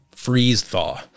freeze-thaw